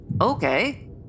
Okay